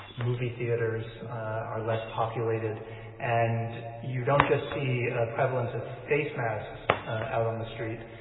movie theaters are less populated and you don't just see a prevalence of face masks out on the street,